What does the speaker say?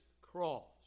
cross